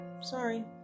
Sorry